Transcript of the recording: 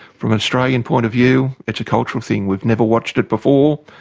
from an australian point of view, it's a cultural thing, we've never watched it before,